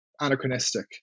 anachronistic